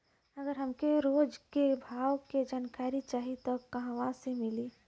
अगर हमके रोज के भाव के जानकारी चाही त कहवा से मिली?